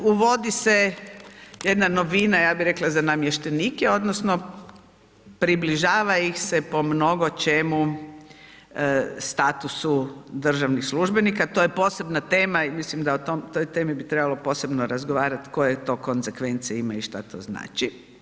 Uvodi se jedna novina ja bi rekla za namještenika odnosno približava ih se po mnogo čemu statusu državnih službenika, to je posebna tema i mislim da o toj temi bi trebalo posebno razgovarati koje to konsekvence ima i šta to znači.